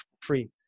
free